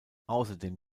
außerdem